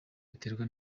biterwa